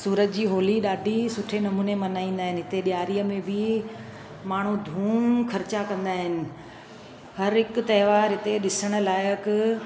सूरत जी होली ॾाढी ही सुठे नमूने मल्हाईंदा आहिनि हिते ॾियारीअ में बि माण्हू धूम ख़र्चा कंदा आहिनि हर हिकु त्योहारु हिते ॾिसणु लाइक़ु